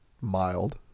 mild